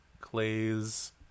clay's